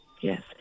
Yes